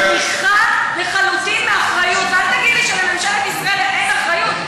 זאת לחלוטין בריחה מאחריות.